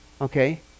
okay